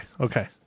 okay